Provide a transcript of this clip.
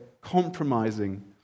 compromising